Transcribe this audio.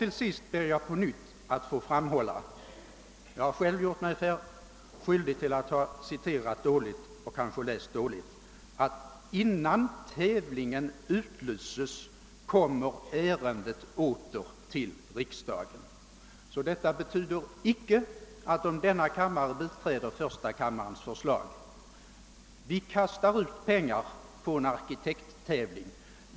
Till sist ber jag att på nytt få framhålla att jag själv gjort mig skyldig till att dåligt ha läst och citerat i handlingarna, Innan tävlingen utlyses skall ärendet komma åter till riksdagen. Om denna kammare biträder första kammarens beslut är alltså inte pengarna till en arkitekttävling bortkastade.